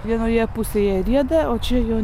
vienoje pusėje rieda o čia jau